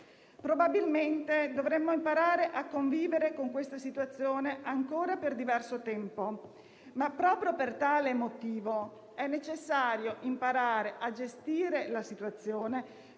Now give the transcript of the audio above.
Probabilmente dovremo imparare a convivere con questa situazione ancora per diverso tempo, ma proprio per tale motivo è necessario imparare a gestire la situazione